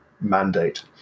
mandate